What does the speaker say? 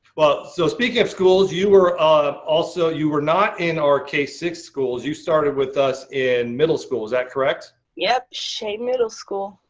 well, so speaking of schools. you were, ah, also you were not in our k six schools. you started with us in middle school. is that correct? yep, shea middle school.